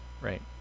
right